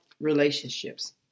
relationships